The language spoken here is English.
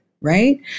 Right